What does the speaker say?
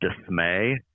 dismay